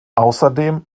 außerdem